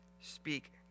speak